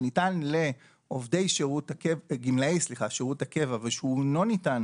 שניתן לגמלאי שירות הקבע ושהוא אינו ניתן